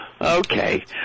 Okay